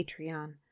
Patreon